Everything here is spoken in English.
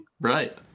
Right